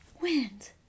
wind